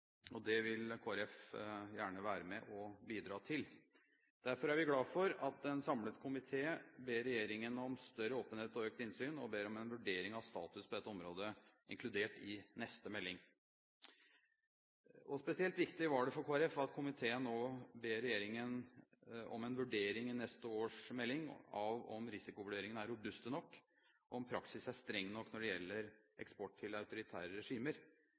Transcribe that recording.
og det vil Kristelig Folkeparti gjerne være med og bidra til. Derfor er vi glad for at en samlet komité ber regjeringen om «større åpenhet og økt innsyn, og ber om at en vurdering av status på dette området inkluderes i neste melding». Spesielt viktig var det for Kristelig Folkeparti at komiteen nå ber om en vurdering i neste års melding av om «risikovurderingene er robuste nok og om praksis er streng nok når det gjelder eksport til autoritære regimer,